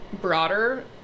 broader